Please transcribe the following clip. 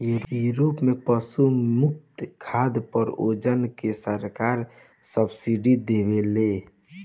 Europe में पशु मुक्त खाद पर ओजा के सरकार सब्सिडी देवेले